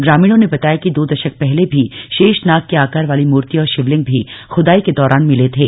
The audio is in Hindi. ग्रामीणों ने बताया कि दो दशक पहले भी शेषनाग के आकार वाली मूर्ति और शिवलिंग भी खुदाई के दौरान मिले थे